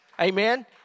Amen